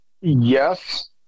yes